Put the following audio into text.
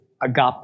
agape